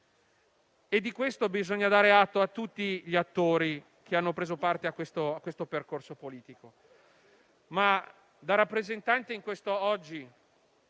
e di questo bisogna dare atto a tutti gli attori che hanno preso parte al percorso politico.